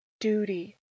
Duty